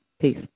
Peace